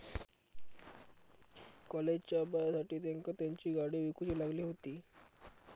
कॉलेजच्या अभ्यासासाठी तेंका तेंची गाडी विकूची लागली हुती